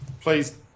please